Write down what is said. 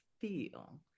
feel